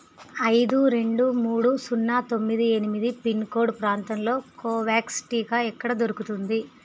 ఐదు రెండు మూడు సున్నా తొమ్మిది ఎనిమిది పిన్కోడ్ ప్రాంతంలో కోవ్యాక్స్ టీకా ఎక్కడ దొరుకుతుంది